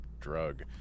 drug